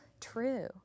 true